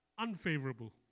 unfavorable